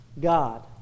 God